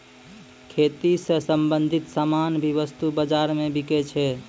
खेती स संबंछित सामान भी वस्तु बाजारो म बिकै छै